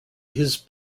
his